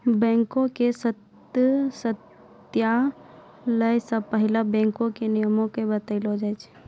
बैंको के सदस्यता लै से पहिले बैंको के नियमो के बतैलो जाय छै